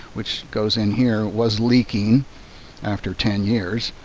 which goes in here. was leaking after ten years.